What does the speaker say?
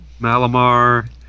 Malamar